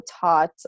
taught